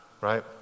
right